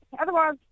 Otherwise